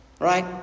Right